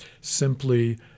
simply